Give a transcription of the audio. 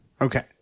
okay